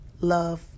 Love